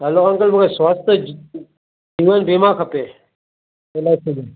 hello uncle मूंखे स्वास्थ्य जी जीवन बीमा खपे एल आई सी जो